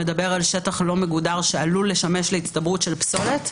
שמדברת על שטח לא מגודר שעלול לשמש להצטברות של פסולת.